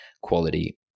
quality